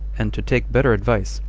and to take better advice,